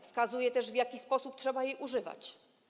Wskazuje też, w jaki sposób trzeba jej używać.